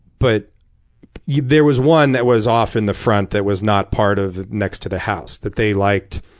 but yeah there was one that was off in the front that was not part of next to the house that they liked.